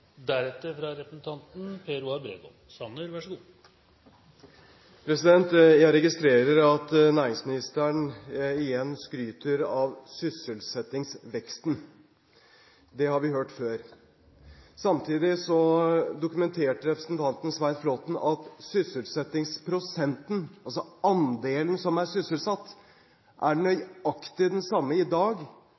Sanner. Jeg registrerer at næringsministeren igjen skryter av sysselsettingsveksten. Det har vi hørt før. Samtidig dokumenterte representanten Svein Flåtten at sysselsettingsprosenten, altså andelen som er sysselsatt, er nøyaktig den samme i dag